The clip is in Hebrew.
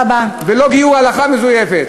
ולא גיור לפי הלכה מזויפת.